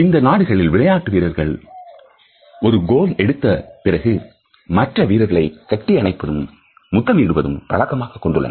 இந்த நாடுகளில் விளையாட்டு வீரர்கள் ஒரு கோள் எடுத்த பிறகு மற்ற வீரர்களை கட்டி அணைப்பதும் முத்தமிடுவதும் பழக்கமாகக் கொண்டுள்ளனர்